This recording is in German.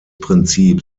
prinzip